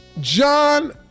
John